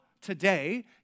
today